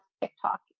tiktok